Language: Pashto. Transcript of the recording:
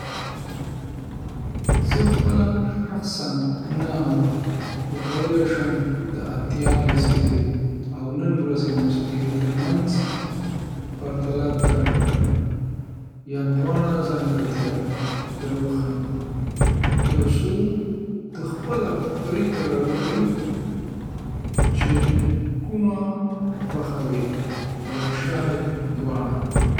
زه خپله شخصاً نه اورم، خو کولای شم د اتیا لسیزې او د نن ورځې موسیقۍ تر منځ پرتله درکړم، یا د دواړو ځانګړتیاوې در وښیم، تر څو ته پخپله پرېکړه وکړې چې کومه خوښوې، یا شاید دواړه!